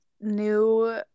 new